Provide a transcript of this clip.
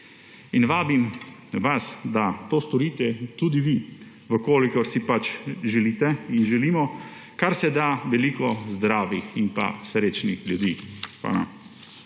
Vabim vas, da to storite tudi vi, če si pač želite in želimo karseda veliko zdravih in pa srečnih ljudi.